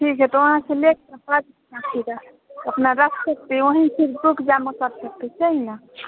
ठीक है तो वहाँ से लेके अपना रख सकते वहीं कि बुक जमा कर सकते सही ना